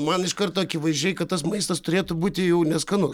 man iš karto akivaizdžiai kad tas maistas turėtų būti jau neskanus